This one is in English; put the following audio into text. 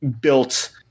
built